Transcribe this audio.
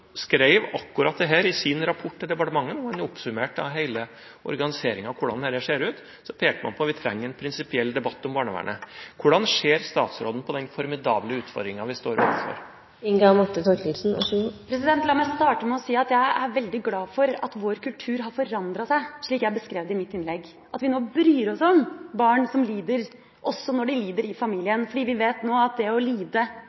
skrev akkurat dette i sin rapport til departementet, hvor man oppsummerte hele organiseringen og hvordan dette ser ut, og så pekte man på at vi trenger en prinsipiell debatt om barnevernet. Hvordan ser statsråden på den formidable utfordringen vi står overfor? La meg starte med å si at jeg er veldig glad for at vår kultur har forandret seg, slik jeg beskrev det i mitt innlegg. Nå bryr vi oss om barn som lider – også når de lider i familien. Vi vet nå at det å lide